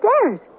stairs